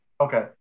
Okay